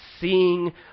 seeing